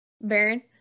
Baron